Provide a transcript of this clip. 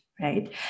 right